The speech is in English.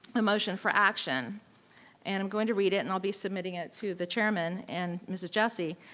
a motion for action and i'm going to read it and i'll be submitting it to the chairman and mrs. jessie.